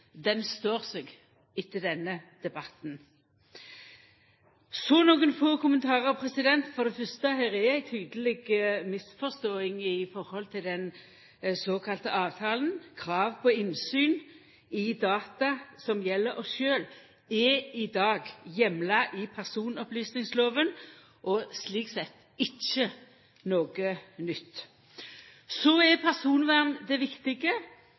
den enkelte borgers personvern.» Dissensen er å lesa på side 137. Han står seg etter denne debatten. Så nokre få kommentarar. For det fyrste er det ei tydeleg misforståing i høve til den såkalte avtalen. Krav på innsyn i data som gjeld oss sjølve, er i dag heimla i personopplysingslova og er slik sett ikkje noko nytt. Så er personvern det